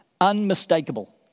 unmistakable